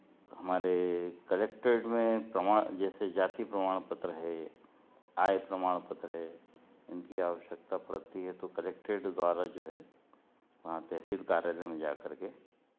हमारे कलेक्टोरेट में प्रमाण जैसे जाति प्रमाण पत्र है आय प्रमाण पत्र है इनकी आवश्यकता पड़ती है तो कलेक्टोरेट द्वारा जो है वहाँ तहसील कार्यालय में जाकर के